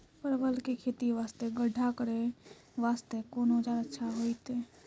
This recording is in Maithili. परवल के खेती वास्ते गड्ढा करे वास्ते कोंन औजार अच्छा होइतै?